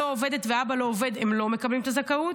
ואבא לא עובד הם לא מקבלים את הזכאות.